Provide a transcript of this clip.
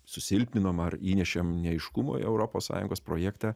susilpninom ar įnešėm neaiškumo į europos sąjungos projektą